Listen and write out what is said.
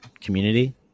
Community